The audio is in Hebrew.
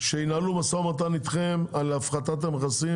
שינהלו משא ומתן איתכם על הפחתת המכסים